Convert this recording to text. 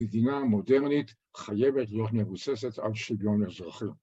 ‫מדינה מודרנית חייבת להיות ‫מבוססת על שוויון אזרחי.